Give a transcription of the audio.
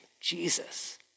Jesus